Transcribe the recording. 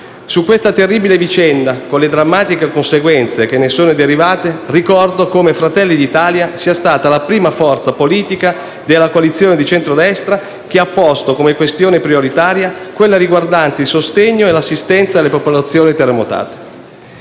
Su questa terribile vicenda, con le drammatiche conseguenze che ne sono derivate, ricordo come Fratelli d'Italia sia stata la prima forza politica della coalizione di centrodestra ad aver posto come questione prioritaria quella riguardante il sostegno e l'assistenza alle popolazioni terremotate.